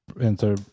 enter